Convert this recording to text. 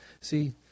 See